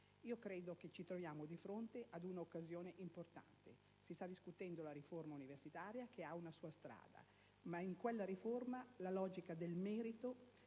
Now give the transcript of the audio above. Ci troviamo, credo, di fronte ad un'occasioni importante: si sta discutendo la riforma universitaria, che ha una sua strada, ma in quella riforma la logica del merito,